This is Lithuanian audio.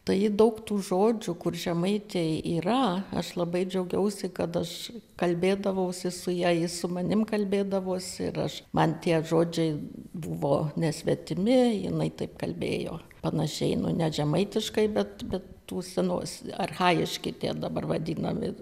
tai daug tų žodžių kur žemaitė yra aš labai džiaugiausi kad aš kalbėdavausi su ja ji su manimi kalbėdavosi ir aš man tie žodžiai buvo nesvetimi jinai taip kalbėjo panašiai nu ne žemaitiškai bet bet tų senos archajiški tie dabar vadinami